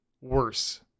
worse